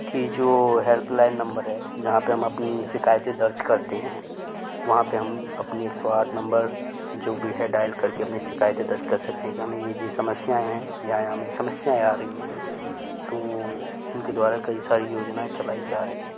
का जो helpline number है जहाँ पर हम अपनी शिकायतें दर्ज करते हैं वहाँ पर हम अपने एक सौ आठ नंबर जो भी है डायल कर के अपनी शिकायतें दर्ज कर सकते हैं कि हमें ये ये समस्याऍं हैं यहाँ यहाँ हमें समस्याऍं आ रहीं हैं तो उनके द्वारा कई सारी योजनाऍं चलाई जा रहीं हैं